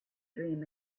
dream